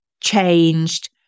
changed